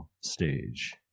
stage